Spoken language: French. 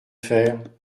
faire